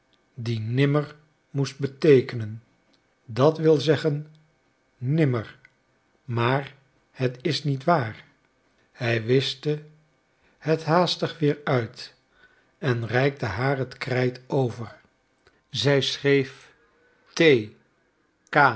die nimmer moest beteekenen dat wil zeggen nimmer maar het is niet waar hij wischte het haastig weer uit en reikte haar het krijt over zij schreef